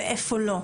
ואיפה לא.